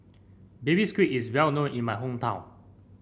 Baby Squid is well known in my hometown